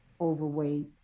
overweight